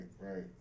Right